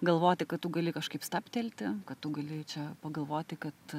galvoti kad tu gali kažkaip stabtelti kad gali čia pagalvoti kad